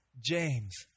James